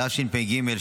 התשפ"ג 2023,